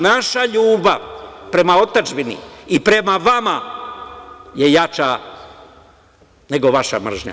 Naša ljubav prema otadžbini i prema vama je jača nego vaša mržnja.